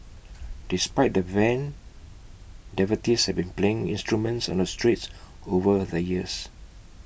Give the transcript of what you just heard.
despite the ban devotees have been playing instruments on the streets over the years